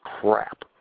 crap